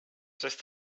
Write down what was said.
source